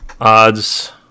Odds